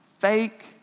fake